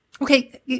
Okay